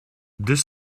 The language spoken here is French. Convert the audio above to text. deux